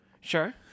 Sure